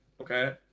okay